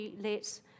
let